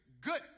good